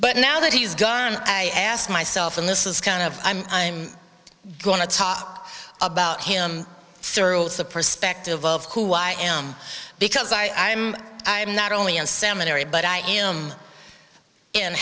but now that he's gone i ask myself and this is kind of i'm going to talk about him through the perspective of who i am because i i'm i'm not only in seminary but i am